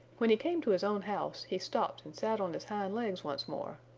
when he came to his own house he stopped and sat on his hind legs once more.